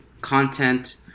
content